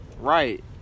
Right